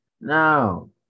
no